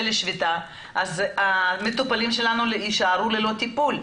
לשביתה אז המטופלים שלנו יישארו ללא טיפול,